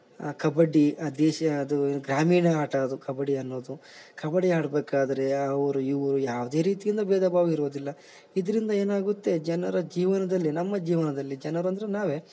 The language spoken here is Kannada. ಕಬಡ್ಡಿ ಆ ದೇಶಿಯ ಅದು ಗ್ರಾಮೀಣ ಆಟ ಅದು ಕಬಡ್ಡಿ ಅನ್ನೋದು ಕಬಡ್ಡಿ ಆಡ್ಬೇಕಾದ್ರೆ ಅವ್ರು ಇವ್ರು ಯಾವುದೇ ರೀತಿಯಿಂದ ಭೇದ ಭಾವ ಇರುವುದಿಲ್ಲ ಇದ್ರಿಂದ ಏನಾಗುತ್ತೆ ಜನರ ಜೀವನದಲ್ಲಿ ನಮ್ಮ ಜೀವನದಲ್ಲಿ ಜನರಂದ್ರೆ ನಾವೇ